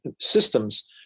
systems